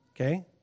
okay